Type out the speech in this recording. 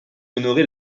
honorer